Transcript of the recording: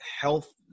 health